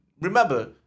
Remember